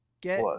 Get